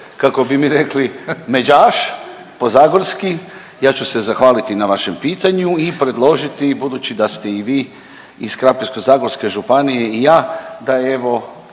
kako bi mi rekli međaš po zagorski ja ću se zahvaliti na vašem pitanju i predložiti budući da ste i vi iz Krapinsko-zagorske županije i ja da je